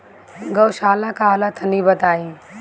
गौवशाला का होला तनी बताई?